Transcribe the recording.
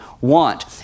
want